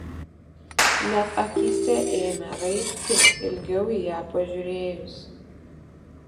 net akyse ėmė raibti ilgiau į ją pasižiūrėjus